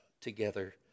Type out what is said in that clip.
together